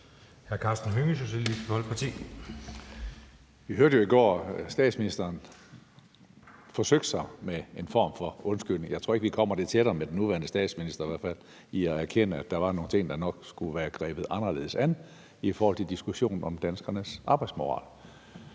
Vi hørte jo i går, at statsministeren forsøgte sig med en form for undskyldning. Jeg tror ikke, vi kommer tættere med den nuværende statsminister i hvert fald på at erkende, at der var nogle ting, der nok skulle have været grebet anderledes an i forhold til diskussionen om danskernes arbejdsmoral.